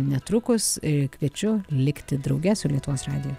netrukus ir kviečiu likti drauge su lietuvos radiju